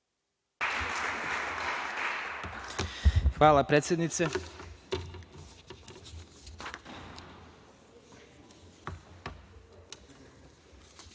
Hvala, predsednice. Da